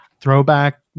throwback